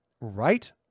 Right